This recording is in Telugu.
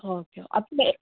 ఓకే అప్పుడే